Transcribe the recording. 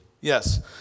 yes